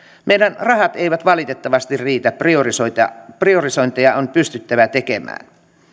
meidän rahat eivät valitettavasti riitä priorisointeja priorisointeja on pystyttävä tekemään